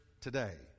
today